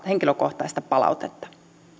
henkilökohtaista palautetta